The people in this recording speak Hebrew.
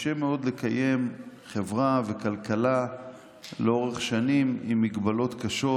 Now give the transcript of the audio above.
קשה מאוד לקיים חברה וכלכלה לאורך שנים עם הגבלות קשות